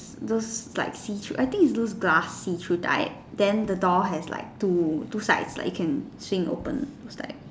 those like see through I think is those glass see through type then the door has like two two sides like it can swing open those type